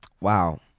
Wow